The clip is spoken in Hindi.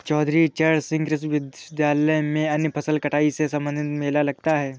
चौधरी चरण सिंह कृषि विश्वविद्यालय में अन्य फसल कटाई से संबंधित मेला लगता है